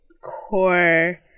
core